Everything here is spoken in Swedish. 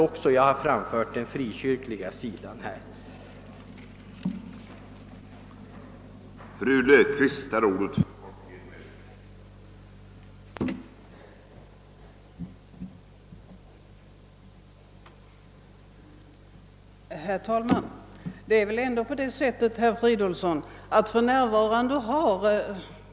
Jag har i min motion framfört den frikyrkliga sidans synpunkter.